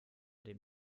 dem